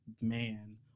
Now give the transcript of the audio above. man